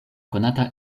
konata